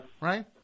Right